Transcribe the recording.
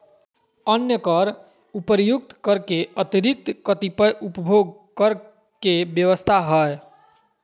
अन्य कर उपर्युक्त कर के अतिरिक्त कतिपय उपभोग कर के व्यवस्था ह